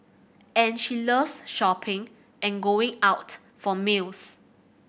and she loves shopping and going out for meals